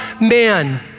man